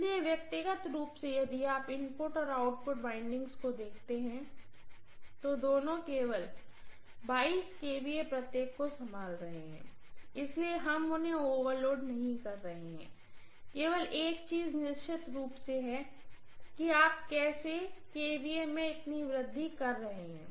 इसलिए व्यक्तिगत रूप से यदि आप इनपुट और आउटपुट वाइंडिंग्स को देखते हैं तो दोनों केवल kVA प्रत्येक को संभाल रहे हैं इसलिए हम उन्हें ओवरलोड नहीं कर रहे हैं केवल एक चीज निश्चित रूप से है कि आप कैसे kVA में इतनी अधिक वृद्धि कर रहे हैं